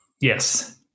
yes